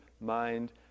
mind